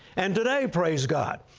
and today, praise god,